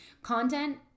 Content